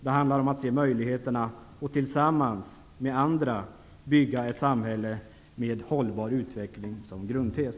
Det handlar om att se möjligheterna och tillsammans med andra bygga ett samhälle med hållbar utveckling som grundtes.